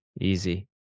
Easy